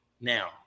now